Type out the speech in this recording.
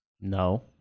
no